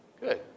Good